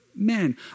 Man